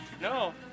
No